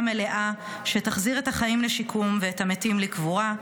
מלאה שתחזיר את החיים לשיקום ואת המתים לקבורה.